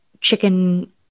chicken